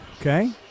Okay